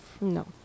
No